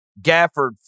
Gafford